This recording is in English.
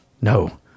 No